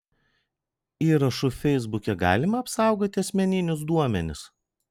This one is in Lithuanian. įrašu feisbuke galima apsaugoti asmeninius duomenis